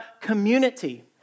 community